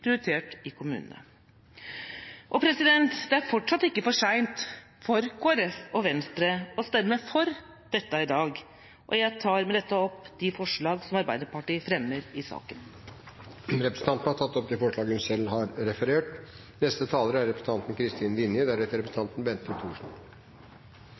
prioritert i kommunene. Det er fortsatt ikke for sent for Kristelig Folkeparti og Venstre å stemme for dette i dag. Jeg tar med dette opp de forslag som Arbeiderpartiet fremmer i saken. Representanten Tone Merete Sønsterud har tatt opp de forslagene hun